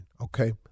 Okay